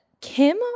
Kim